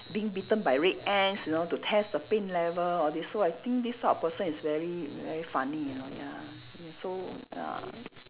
being bitten by red ants you know to test the pain level all this so I think this sort of person is very very funny you know ya y~ so ya